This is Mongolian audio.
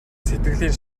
сэтгэлийн